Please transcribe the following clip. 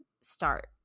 start